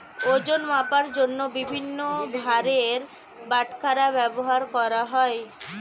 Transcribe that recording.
ওজন মাপার জন্য বিভিন্ন ভারের বাটখারা ব্যবহার করা হয়